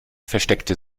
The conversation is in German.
versteckte